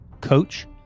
coach